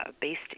based